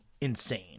insane